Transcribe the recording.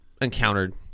encountered